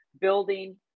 building